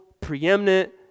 preeminent